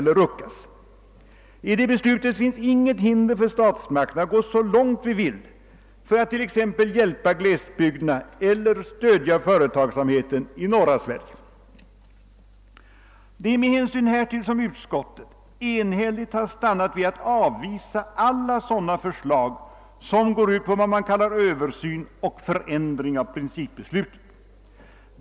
I detta beslut finns inget hinder för statsmakterna att gå så långt de vill för att t.ex. hjälpa glesbygderna eller stödja företagsamheten i norra Sverige. Det är med hänsyn härtill som utskottet enhälligt har stannat vid att avvisa alla sådana förslag som går ut på vad man kallar översyn och förändring av principbeslutet.